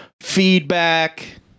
feedback